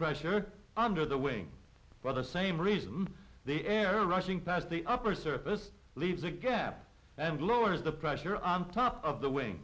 pressure under the wing for the same reason they air rushing past the upper surface leaves a gap and lowers the pressure on top of the wing